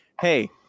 hey